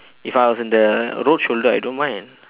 if I was in the road shoulder I don't mind